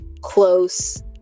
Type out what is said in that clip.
close